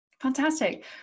Fantastic